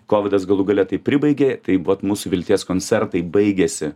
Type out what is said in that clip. kovidas galų gale tai pribaigė tai vat mūsų vilties koncertai baigėsi